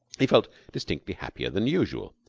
he felt distinctly happier than usual.